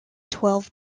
twelve